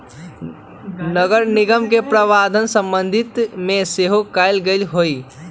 नगरनिगम के प्रावधान संविधान में सेहो कयल गेल हई